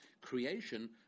Creation